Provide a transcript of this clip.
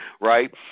right